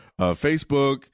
Facebook